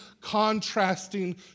contrasting